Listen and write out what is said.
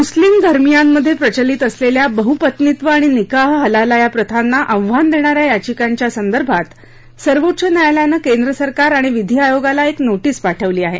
मुस्लीम धर्मियांमध्ये प्रचलित असलेल्या बहपत्नीत्व आणि निकाह हलाला या प्रथांना आव्हान देणाऱ्या याचिकांच्या संदर्भात सर्वोच्च न्यायालयानं केंद्र सरकार आणि विधी आयोगाला एक नोटीस पाठवली आहे